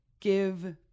give